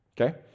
Okay